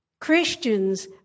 Christians